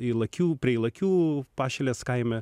ylakių prie ylakių pašilės kaime